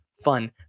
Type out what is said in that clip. fun